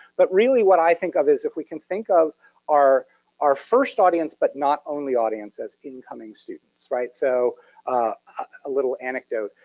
but really, what i think of is, if we can think of our our first audience, but not only audience as incoming students, right? so a little anecdote,